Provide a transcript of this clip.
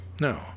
No